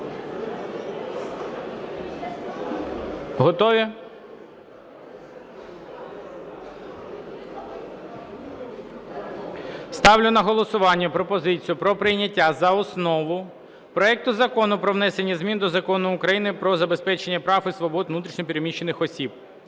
Готові? Ставлю на голосування пропозицію про прийняття за основу проекту Закону про внесення змін до Закону України "Про забезпечення прав і свобод внутрішньо переміщених осіб"